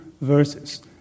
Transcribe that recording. verses